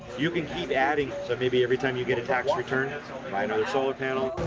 you can keep adding, so maybe every time you get a tax return, buy another solar panel?